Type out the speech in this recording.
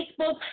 Facebook